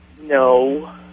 No